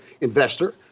investor